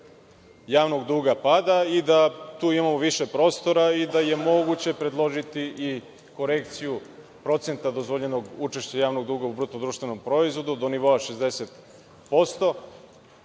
javnog duga pada i da tu imamo više prostora i da je moguće predložiti i korekciju procenta dozvoljenog učešća javnog duga u BDP-u do nivoa od 60%,